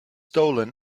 stolen